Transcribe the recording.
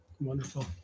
Wonderful